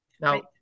Now